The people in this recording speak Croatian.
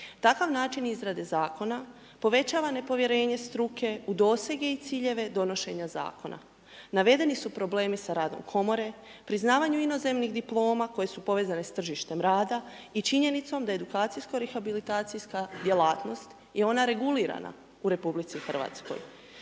Takav način izrade zakona povećava nepovjerenje struke u dosege i ciljeve donošenja zakona. Navedeni su problemi sa radom komore, priznavanju inozemnih diploma koje su povezane s tržištem rada i činjenicom da edukacijsko rehabilitacijska djelatnost je ona regulirana u RH.